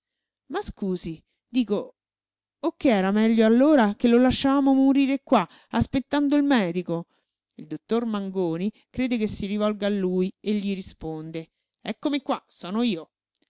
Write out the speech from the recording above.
ma scusi dico o che era meglio allora che lo lasciavamo morire qua aspettando il medico il dottor mangoni crede che si rivolga a lui e gli risponde eccomi qua sono io